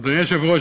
אדוני היושב-ראש,